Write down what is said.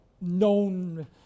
known